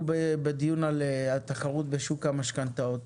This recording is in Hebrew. אנחנו בדיון על תחרות בשוק המשכנתאות.